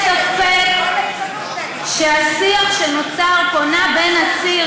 אין ספק שהשיח שנוצר פה נע בין הציר